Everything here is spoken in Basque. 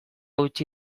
utzi